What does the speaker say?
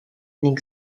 ning